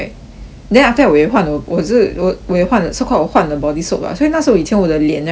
then after that 我也换我我就是我我有换 so called 换 the body soap lah 所以那时候以前我的脸 right 也会痒